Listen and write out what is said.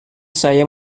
saya